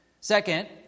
Second